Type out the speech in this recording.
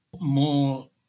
more